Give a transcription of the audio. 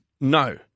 No